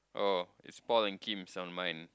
oh it's Paul and Kim's on mine